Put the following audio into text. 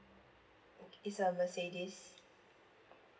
is a Mercedes